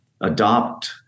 adopt